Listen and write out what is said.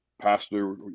Pastor